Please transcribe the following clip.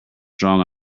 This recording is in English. strong